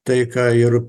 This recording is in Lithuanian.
tai ką ir